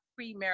premarital